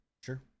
sure